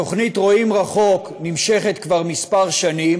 התוכנית "רואים רחוק" נמשכת כבר כמה שנים